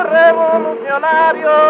revolucionario